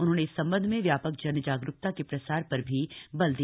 उन्होंने इस सम्बन्ध में व्यापक जन जागरूकता के प्रसार पर भी बल दिया